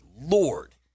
Lord